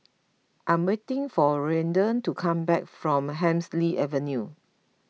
I am waiting for Ryder to come back from Hemsley Avenue